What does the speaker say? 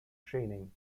training